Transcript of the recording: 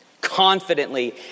Confidently